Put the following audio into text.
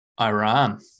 Iran